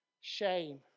shame